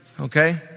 okay